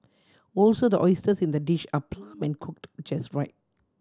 also the oysters in the dish are plump and cooked just right